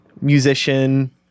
musician